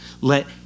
Let